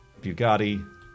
Bugatti